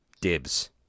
Dibs